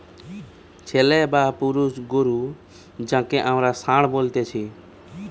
ছেলে বা পুরুষ গরু যাঁকে আমরা ষাঁড় বলতেছি